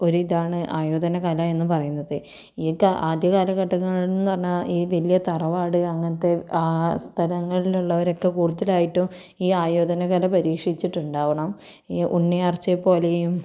ഒരു ഇതാണ് ആയോധനകല എന്നു പറയുന്നത് ഇതൊക്കെ ആദ്യ കാലഘട്ടങ്ങളിൽ എന്ന് പറഞ്ഞാൽ ഈ വലിയ തറവാട് അങ്ങനത്തെ ആ സ്ഥലങ്ങളിലുള്ളവരൊക്കെ കൂടുതലായിട്ടും ഈ ആയോധനകല പരീക്ഷിച്ചിട്ടുണ്ടാകണം ഈ ഉണ്ണിയാർച്ചയെ പോലെയും